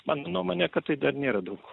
mano nuomone kad tai dar nėra daug